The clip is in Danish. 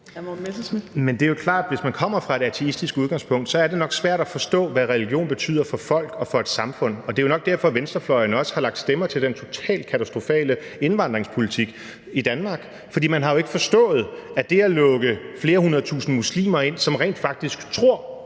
Men det er jo klart, at hvis man kommer fra et ateistisk udgangspunkt, er det nok svært at forstå, hvad religion betyder for folk og for et samfund. Det er jo nok derfor, venstrefløjen også har lagt stemmer til den totalt katastrofale indvandringspolitik i Danmark. For man har jo ikke forstået, at det at lukke flere 100.000 muslimer ind, som tror